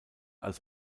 als